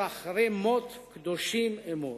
"אחרי מות קדושים אמור".